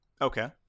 Okay